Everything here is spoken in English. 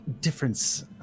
difference